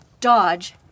dodge